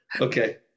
Okay